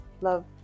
love